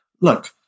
Look